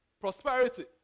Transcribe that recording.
prosperity